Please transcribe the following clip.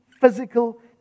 physical